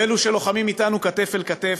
באלו שלוחמים אתנו כתף אל כתף,